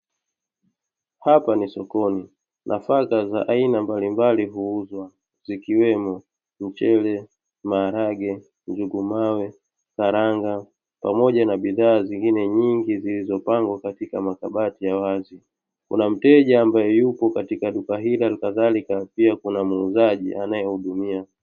Hapa ni sokoni nafaka za aina mbalimbali huuzwa zikiwemo mchele, maharage, karanga, njugu mawe pamoja na bidhaa nyingine zilizopangwa kwenye makabati ya wazi kuna mteja ambae yuko katika duka hilo alikadharika pia kuna muuzaji anae hudumia.